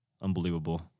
unbelievable